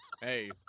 hey